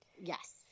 Yes